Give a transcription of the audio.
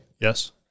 Yes